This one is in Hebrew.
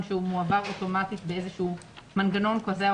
אתם מעבירים להם מעל שלושה מיליארד שקל בכל שנה,